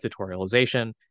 tutorialization